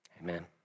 Amen